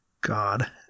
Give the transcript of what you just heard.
God